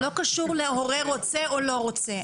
לא קשור להורה רוצה או לא רוצה.